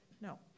No